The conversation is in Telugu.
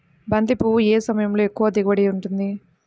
బంతి పువ్వు ఏ సమయంలో ఎక్కువ దిగుబడి ఉంటుంది?